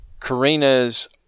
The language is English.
Karina's